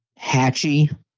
hatchy